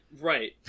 Right